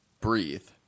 Breathe